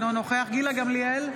אינו נוכח גילה גמליאל,